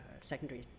secondary